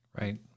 Right